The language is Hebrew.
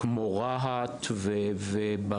כמו רהט, או רשויות